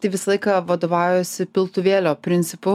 tai visą laiką vadovaujuosi piltuvėlio principu